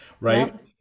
right